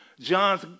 John's